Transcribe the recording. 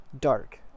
dark